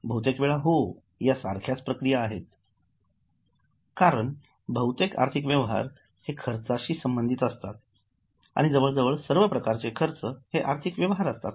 बहुतेक वेळा हो या सारख्याच प्रक्रिया आहेत कारण बहुतेक आर्थिक व्यवहार हे खर्चाशी संबंधित असतात आणि जवळजवळ सर्व प्रकारचे खर्च हे आर्थिक व्यवहार असतात